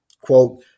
Quote